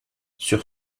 sur